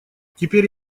теперь